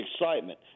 excitement